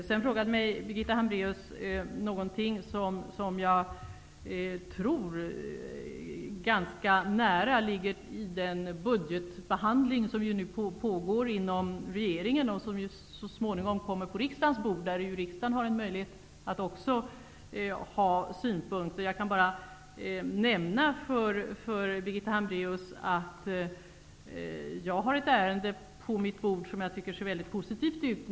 Sedan frågade Birgitta Hambraeus någonting som jag tror ligger ganska nära i den budgetbehandling som nu pågår inom regeringen och som riksdagen så småningom kommer att få möjlighet att framföra synpunkter på. Jag kan bara nämna för Birgitta Hambraeus att jag har ett ärende på mitt bord som jag tycker ser väldigt positivt ut.